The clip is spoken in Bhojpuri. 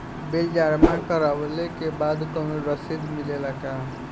बिल जमा करवले के बाद कौनो रसिद मिले ला का?